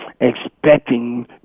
expecting